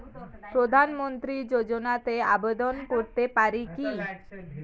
প্রধানমন্ত্রী যোজনাতে আবেদন করতে পারি কি?